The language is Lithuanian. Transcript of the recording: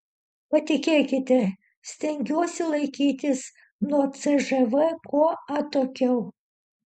patikėkite stengiuosi laikytis nuo cžv kuo atokiau